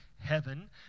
heaven